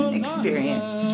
experience